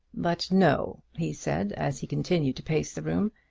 but no, he said, as he continued to pace the room,